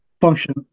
function